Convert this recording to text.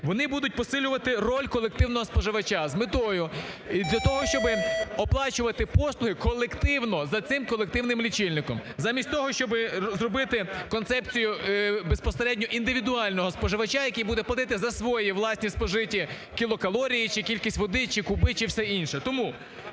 вони будуть посилювати роль колективного споживача з метою для того, щоб оплачувати послуги колективно за цим колективним лічильником. Замість того, щоб зробити концепцію безпосередньо індивідуального споживача, який буде платити за свої власні спожиті кілокалорії чи кількість води, чи куби, чи все інше.